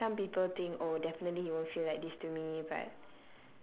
like some people think oh definitely you won't feel like this to me but